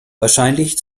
wahrscheinlich